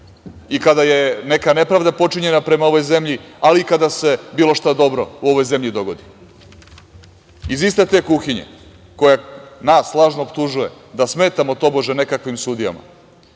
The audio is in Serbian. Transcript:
i kada je neka nepravda počinjena prema ovoj zemlji, ali kada se i bilo šta dobro u ovoj zemlji dogodi. Iz iste te kuhinje koja nas lažno optužuje da smetamo tobože, nekakvim sudijama,